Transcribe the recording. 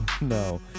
no